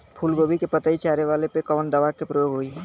फूलगोभी के पतई चारे वाला पे कवन दवा के प्रयोग होई?